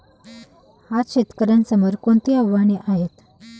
आज शेतकऱ्यांसमोर कोणती आव्हाने आहेत?